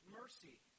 mercy